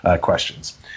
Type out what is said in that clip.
questions